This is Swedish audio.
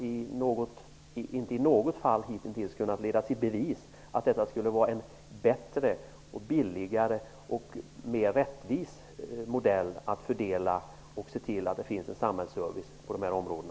Inte i något fall har man kunnat leda i bevis att detta skulle vara en bättre, billigare och mer rättvis modell för fördelning av samhällsservice på dessa områden.